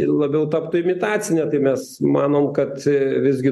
labiau taptų imitacinė tai mes manom kad visgi